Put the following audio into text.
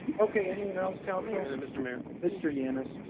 okay. anyone else? counselor. mr mayor. mr yannis?